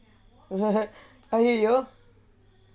!aiyoyo!